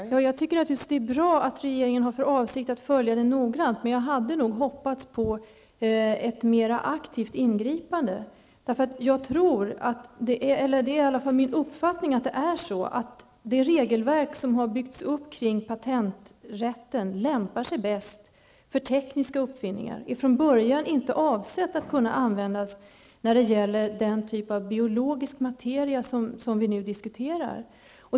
Fru talman! Jag tycker naturligtvis att det är bra att regeringen har för avsikt att följa detta noggrant, men jag hade nog hoppats på ett mer aktivt ingripande. Det är min uppfattning att det regelverk som har byggts upp kring patenträtten lämpar sig bäst för tekniska uppfinningar. Det är från början inte avsett att kunna användas när det gäller den typ av biologisk materia som vi nu diskuterar.